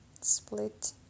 split